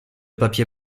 papier